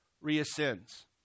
reascends